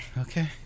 Okay